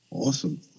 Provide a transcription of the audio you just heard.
Awesome